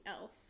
elf